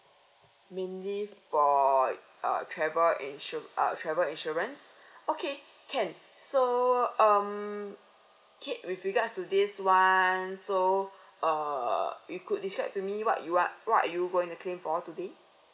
mainly for err travel insur~ err travel insurance okay can so um kate with regards to this [one] so err you could describe to me what you want what you are going to claim for today